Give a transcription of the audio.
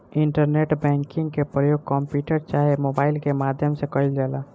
internet banking के परयोग computer चाहे मोबाइल के माध्यम से कईल जाला